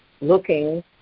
looking